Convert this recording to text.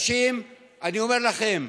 אני אומר לכם: